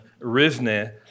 Rivne